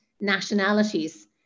nationalities